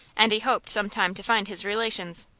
and he hoped some time to find his relations.